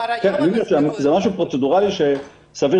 אני אומר שזה משהו פרוצדורלי שסביר